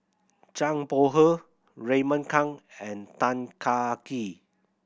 Zhang Bohe Raymond Kang and Tan Kah Kee